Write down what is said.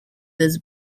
this